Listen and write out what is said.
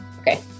okay